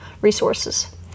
resources